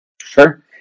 Sure